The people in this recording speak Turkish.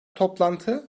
toplantı